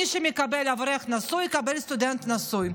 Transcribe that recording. מה שמקבל אברך נשוי, יקבל סטודנט נשוי.